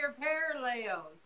parallels